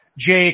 Jake